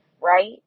right